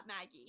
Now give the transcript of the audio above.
Maggie